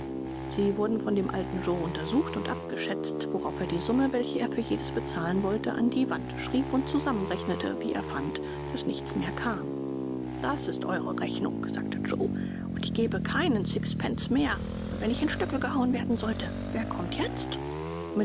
sie wurden von dem alten joe untersucht und abgeschätzt worauf er die summe welche er für jedes bezahlen wollte an die wand schrieb und zusammenrechnete wie er fand daß nichts mehr kam das ist eure rechnung sagte joe und ich gebe keinen sixpence mehr und wenn ich in stücke gehauen werden sollte wer kommt jetzt